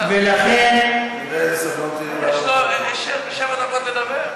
הדובר מבזה את כבוד הכנסת.